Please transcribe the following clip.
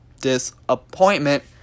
disappointment